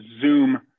zoom